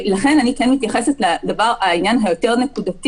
ולכן אני כן מתייחסת לעניין היותר-נקודתי